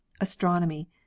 Astronomy